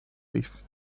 leaf